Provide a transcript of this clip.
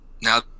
now